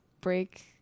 break